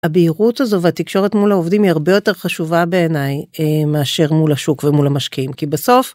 הבהירות הזו והתקשורת מול העובדים היא הרבה יותר חשובה בעיניי מאשר מול השוק ומול המשקיעים כי בסוף.